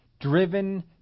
driven